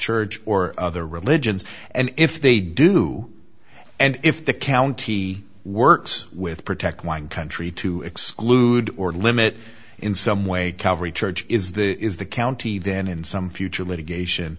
church or other religions and if they do and if the county works with protect one country to exclude or limit in some way calvary church is the is the county then in some future litigation